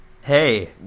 hey